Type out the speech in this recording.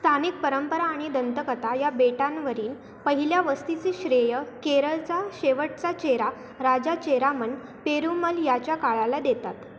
स्थानिक परंपरा आणि दंतकथा या बेटांवरी पहिल्या वस्तीचे श्रेय केरळचा शेवटचा चेहरा राजा चेरामन पेरुमल याच्या काळाला देतात